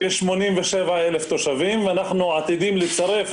יש 87,000 תושבים ואנחנו עתידים לצרף,